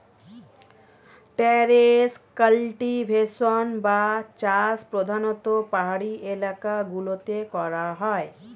terrace cultivation বা চাষ প্রধানতঃ পাহাড়ি এলাকা গুলোতে করা হয়